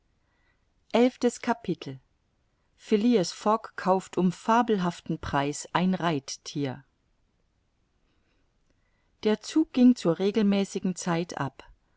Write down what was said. fogg kauft um fabelhaften preis ein reitthier der zug ging zur regelmäßigen zeit ab